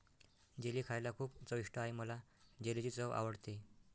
jelly खायला खूप चविष्ट आहे मला जेलीची चव आवडते